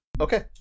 Okay